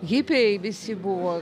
hipiai visi buvo